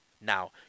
Now